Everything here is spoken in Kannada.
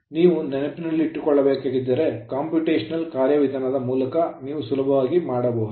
ನೀವು ನೆನಪಿಸಿಕೊಳ್ಳಲಾಗದಿದ್ದರೆ computational ಕಂಪ್ಯೂಟೇಶನಲ್ ಕಾರ್ಯವಿಧಾನದ ಮೂಲಕ ನೀವು ಸುಲಭವಾಗಿ ಮಾಡಬಹುದು